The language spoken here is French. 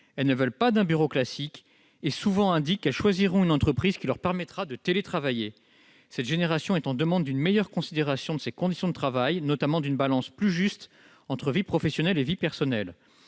ils ne veulent pas d'un bureau classique et indiquent souvent qu'ils choisiront une entreprise qui leur permettra de télétravailler. Cette génération demande une meilleure prise en considération de ses conditions de travail, en particulier un équilibre plus juste entre vie professionnelle et vie personnelle.